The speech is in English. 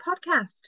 podcast